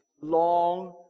long